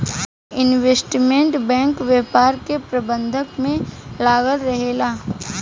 investment bank व्यापार के प्रबंधन में लागल रहेला